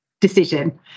decision